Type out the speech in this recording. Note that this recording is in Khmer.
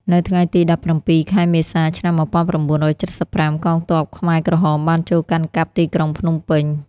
នៅថ្ងៃទី ១៧ ខែមេសា ឆ្នាំ ១៩៧៥ កងទ័ពខ្មែរក្រហមបានចូលកាន់កាប់ទីក្រុងភ្នំពេញ។